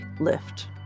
lift